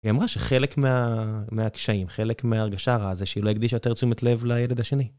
היא אמרה שחלק מהקשיים, חלק מהרגשה הרעה זה שהיא לא הקדישה יותר תשומת לב לילד השני.